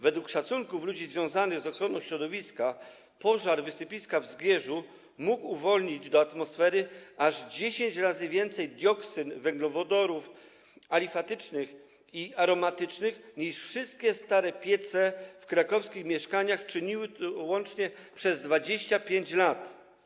Według szacunków ludzi związanych z ochroną środowiska pożar wysypiska w Zgierzu mógł uwolnić do atmosfery aż 10 razy więcej dioksyn, węglowodorów alifatycznych i aromatycznych niż wszystkie stare piece w krakowskich mieszkaniach łącznie przez 25 lat.